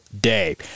day